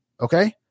Okay